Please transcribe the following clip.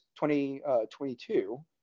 2022